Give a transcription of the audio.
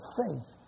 faith